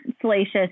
salacious